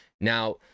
Now